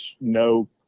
no